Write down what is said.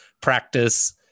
practice